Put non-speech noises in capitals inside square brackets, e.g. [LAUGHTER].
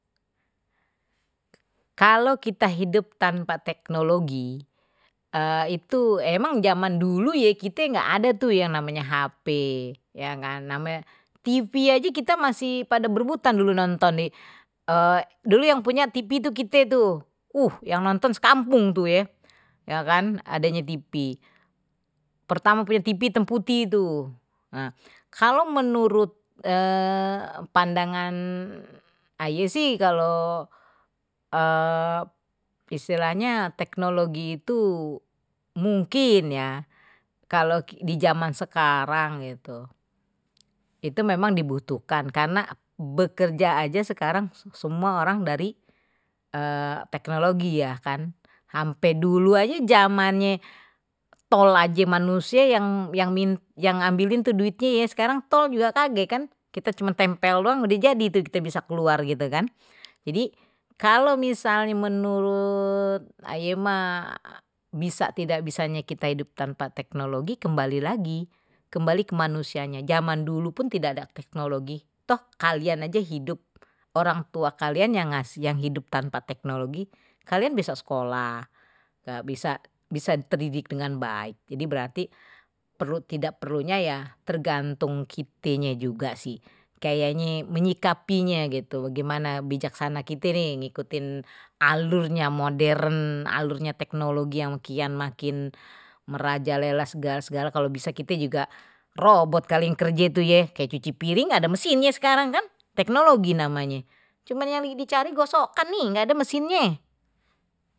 Kalo kita hidup tanpa teknologi itu emang zaman dulu ya kita nggak ada tuh yang namanya hp ya kan namanya tv aja kita masih pada berebutan dulu nonton di dulu yang punya tv itu kita itu [HESITATION] yang nonton sekampung pertama punya tv hitam putih itu kalau menurut [HESITATION] pandangan aye sih kalau [HESITATION] istilahnye teknologi itu mungkin ya kalau di zaman sekarang gitu itu memang dibutuhkan karena bekerja aja sekarang semua orang dari [HESITATION] teknologi ya kan ampe dulu aja zamannya tol aje manusie yang yang ambilin tuh duitnye ye sekarang tol juga kage kan kite cuma tempel doang udah jadi tuh kite bisa keluar gitu kan jadi kalau misalnya menurut aye mah bisa tidak bisanya kita hidup tanpa teknologi kembali lagi kembali ke manusianya zaman dulu pun tidak ada teknologi toh kalian aja hidup orang tua kalian yang hidup tanpa teknologi kalian besok sekolah bisa bisa dengan baik jadi berarti perlu tidak perlunya ya tergantung kitenye sih kayaknya menyikapinya, gitu gimana bijaksana kite iningikutin alurnya modern alurnya teknologi yang kian makin merajaleles segala kalau bisa kita juga robot galing kerja itu ya kayak cuci piring enggak ada mesinnya sekarang kan teknologi namanya cuman yang lagi dicari gosokan nih enggak ada mesinnya